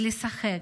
לשחק